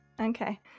Okay